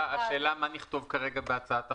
השאלה מה נכתוב כרגע בהצעת החוק.